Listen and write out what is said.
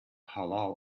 halal